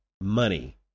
money